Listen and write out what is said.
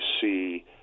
see